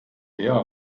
der